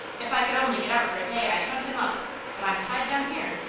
if i could only get out for a day i'd hunt him up but i'm tied down here.